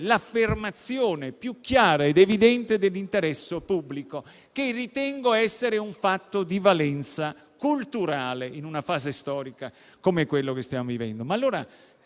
l'affermazione più chiara ed evidente dell'interesse pubblico, che ritengo essere un fatto di valenza culturale in una fase storica come quella che stiamo vivendo.